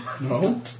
No